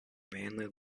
mainly